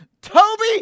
Toby